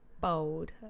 bold